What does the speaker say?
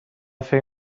فکر